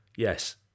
Yes